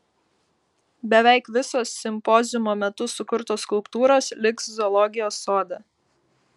beveik visos simpoziumo metu sukurtos skulptūros liks zoologijos sode